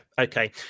Okay